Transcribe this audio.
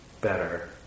better